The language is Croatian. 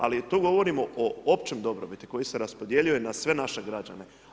Ali tu govorimo o općoj dobrobiti koja se raspodjeljuje na sve naše građane.